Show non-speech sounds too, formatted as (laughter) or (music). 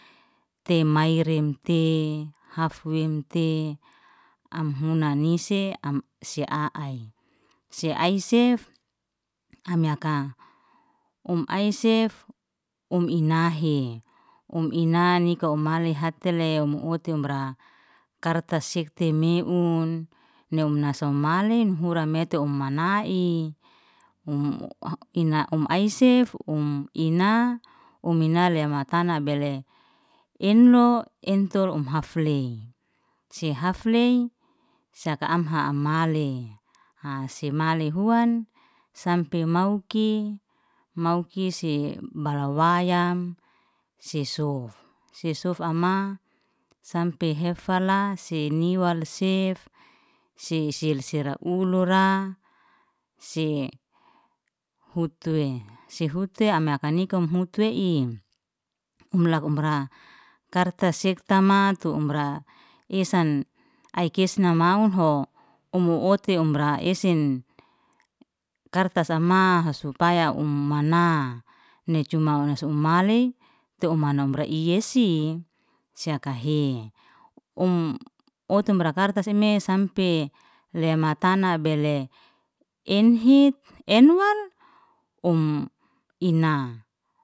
Te mairem te hafwen te am huna nise se a'ai, se aisef am aka, um aisef um inahe, um ina nika om ali hate lew um uti um ra karta sekte meun, ne huna somaling hura mete um mana'i (hesitation) um aisef um ina um ina lea mata bele ennoi, entol um hafley. si hafley saka amha amale, has semale huan sampe muiki, mauki se bala wayam sesof, sesof ama smpe hefala seniwal sef sesel sera ulura se hutu'i se huti am maka nika um hutwe'im. Um lak umra karta sekta matu umra esan aikis namauho, um uti am ra esen karta sama supaya um mana, ni cuma su male te u mana um ara i esi si hakahe, um otum raka karta sime sampe le matana bele enheit, enwal um ina.